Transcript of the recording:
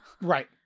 Right